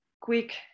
quick